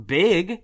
big